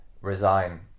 resign